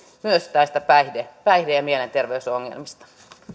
myös näistä päihde päihde ja mielenterveysongelmista